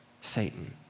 Satan